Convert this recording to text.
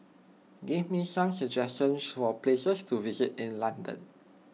give me some suggestions for places to visit in London